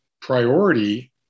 priority